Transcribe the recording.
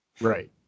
Right